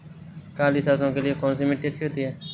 काली सरसो के लिए कौन सी मिट्टी अच्छी होती है?